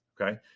Okay